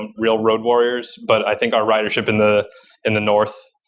and real road warriors, but i think our ridership in the in the north,